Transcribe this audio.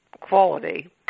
quality